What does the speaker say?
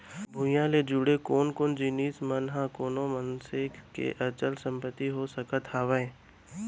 भूइयां ले जुड़े कोन कोन जिनिस मन ह कोनो मनसे के अचल संपत्ति हो सकत हवय?